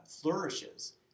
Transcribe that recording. flourishes